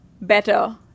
better